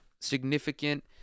significant